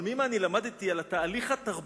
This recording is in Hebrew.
אבל מאמא אני למדתי על התהליך התרבותי